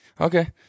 Okay